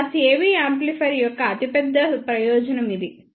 class AB amplifier యొక్క అతిపెద్ద ప్రయోజనం ఇది